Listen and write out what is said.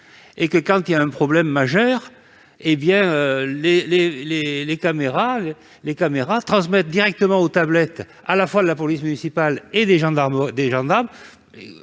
et, quand il y a un problème majeur, les caméras transmettent leurs images directement aux tablettes de la police municipale et des gendarmes,